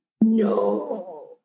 no